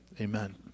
Amen